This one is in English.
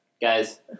Guys